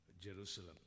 Jerusalem